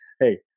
Hey